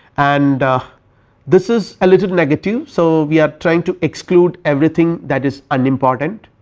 and this is a little negatives. so, we are trying to exclude everything that is unimportant,